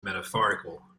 metaphorical